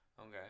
Okay